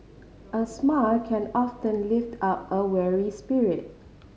a smile can often lift up a weary spirit